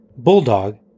Bulldog